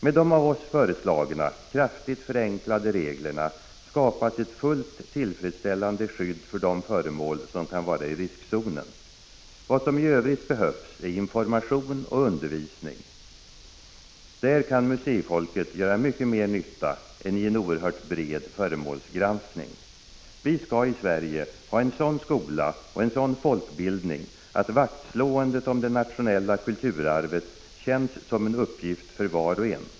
Med de av oss föreslagna, kraftigt förenklade reglerna skapas ett fullt tillfredsställande skydd för de föremål som kan vara i riskzonen. Vad som i övrigt behövs är information och undervisning. Där kan museifolket göra mycket mera nytta än i en oerhört bred föremålsgranskning. Vi skall i Sverige ha en sådan skola och en sådan folkbildning att vaktslåendet om det nationella kulturarvet känns som en uppgift för var och en.